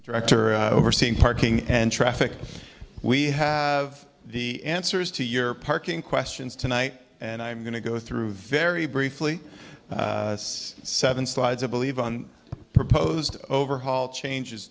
director overseeing parking and traffic we have the answers to your parking questions tonight and i'm going to go through very briefly seven slides i believe on the proposed overhaul changes